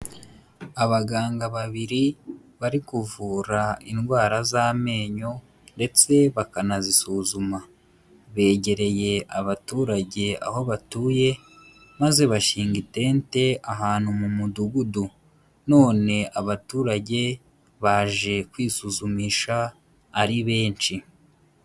Abaganga babiri bari kuvura indwara z'amenyo ndetse bakanazisuzuma begereye abaturage aho batuye maze bashinga itente ahantu mu mudugudu none abaturage baje kwisuzumisha ari benshi.